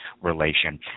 relation